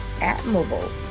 admirable